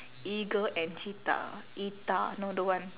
eagle and cheetah eetah no don't want